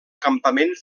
campament